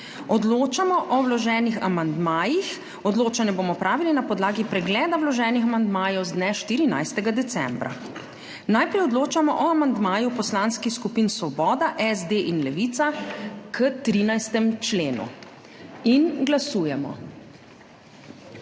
Odločamo o vloženih amandmajih. Odločanje bomo opravili na podlagi pregleda vloženih amandmajev z dne 14. decembra. Najprej odločamo o amandmaju poslanskih skupin Svoboda, SD in Levica, k 13. členu. Glasujemo.